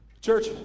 Church